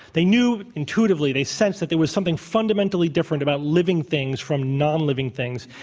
they knew intuitively, they sensed that there was something fundamentally different about living things from nonliving things,